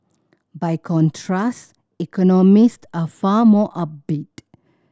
by contrast economist are far more upbeat